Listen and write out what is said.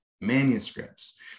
manuscripts